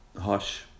hush